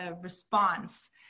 response